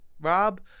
rob